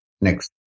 Next